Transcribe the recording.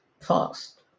fast